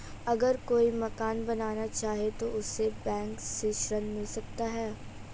अगर कोई मकान बनाना चाहे तो उसे बैंक से ऋण मिल सकता है?